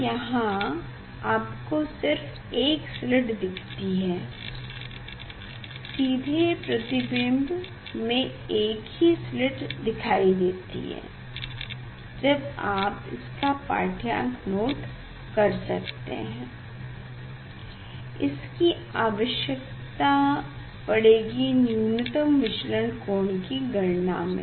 तो यहाँ आपको सिर्फ एक स्लिट दिखती है सीधे प्रतिबिम्ब में एक ही स्लिट दिखाई देती है अब आप इसका पाढ़्यांक नोट कर सकते हैं इसकी आवश्यकता पड़ेगी न्यूनतम विचलन कोण कि गणना में